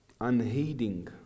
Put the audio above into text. Unheeding